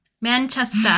Manchester